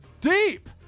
deep